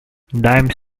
dimes